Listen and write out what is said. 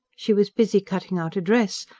she was busy cutting out a dress,